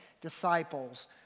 disciples